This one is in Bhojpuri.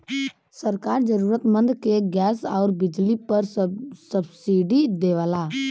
सरकार जरुरतमंद के गैस आउर बिजली पर सब्सिडी देवला